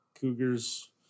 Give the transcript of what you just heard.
Cougars